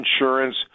insurance